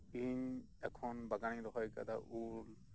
ᱤᱧ ᱮᱠᱷᱚᱱ ᱵᱟᱜᱟᱱᱨᱮᱧ ᱨᱚᱦᱚᱭ ᱟᱠᱟᱫᱟ ᱩᱞ